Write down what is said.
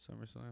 SummerSlam